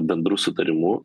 bendru sutarimu